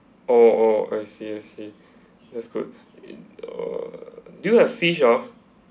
oh oh I see I see that's good um uh do you have fish ah